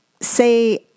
say